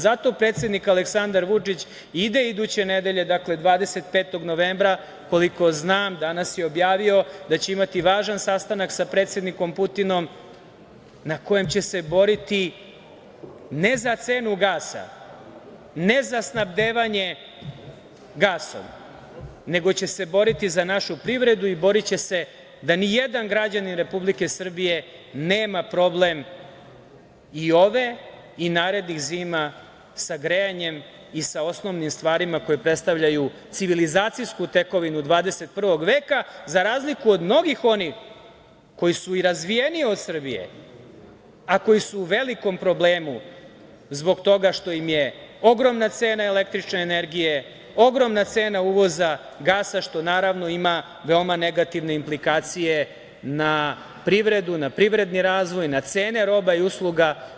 Zato predsednik Aleksandar Vučić ide iduće nedelje, 25. novembra, koliko znam, danas je objavio, da će imati važan sastanak sa predsednikom Putinom, na kojem će se boriti ne za cenu gasa, ne za snabdevanje gasom, nego će se boriti za našu privredu i boriće se da nijedan građanin Republike Srbije nema problem i ove i narednih zima sa grejanjem i sa osnovnim stvarima koje predstavljaju civilizacijsku tekovinu 21. veka za razliku od mnogih onih koji su i razvijeniji od Srbije, a koji su u velikom problemu zbog toga što im je ogromna cena električne energije, ogromna cena uvoza gasa, što naravno ima veoma negativne implikacije na privredu, na privredni razvoj, na cene roba i usluga.